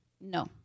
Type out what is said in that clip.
No